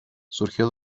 surgió